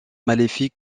maléfique